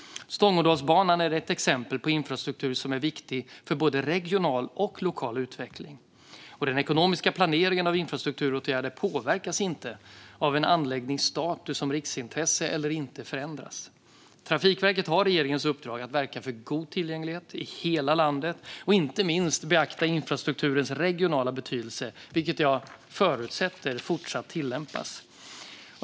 Stångådalsbanan är ett exempel på infrastruktur som är viktig för både regional och lokal utveckling. Den ekonomiska planeringen av infrastrukturåtgärder påverkas inte av om en anläggnings status som riksintresse eller inte förändras. Trafikverket har regeringens uppdrag att verka för en god tillgänglighet i hela landet och inte minst beakta infrastrukturens regionala betydelse, vilket jag förutsätter fortsatt tillämpas.